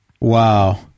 Wow